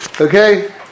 Okay